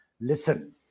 listen